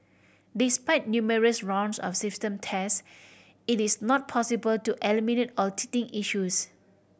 despite numerous rounds of system test it is not possible to eliminate all teething issues